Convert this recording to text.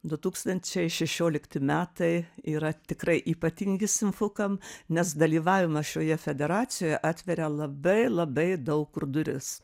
du tūkstančiai šešiolikti metai yra tikrai ypatingi simfukam nes dalyvavimas šioje federacijoje atveria labai labai daug kur duris